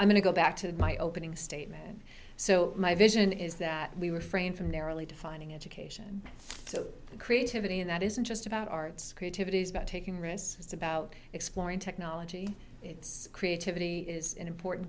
i'm going to go back to my opening statement so my vision is that we were framed from narrowly defining education so that creativity and that isn't just about arts creativity is about taking risks it's about exploring technology it's creativity is an important